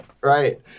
Right